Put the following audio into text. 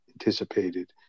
anticipated